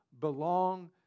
belong